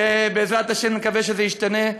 ובעזרת השם, נקווה שזה ישתנה.